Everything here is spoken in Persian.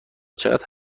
چقدر